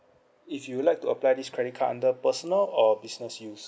if you'd like to apply this credit card under personal or business use